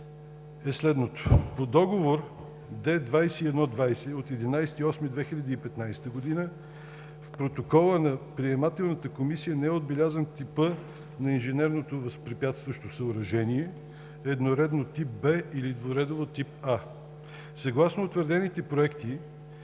е следното: по Договор № Д 2120 от 11 август 2015 г. в протокола на приемателната комисия не е отбелязан типът на инженерното възпрепятстващо съоръжение – едноредно тип „Б“, или двуредово тип „А“. Съгласно утвърдените проекти